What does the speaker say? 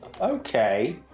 Okay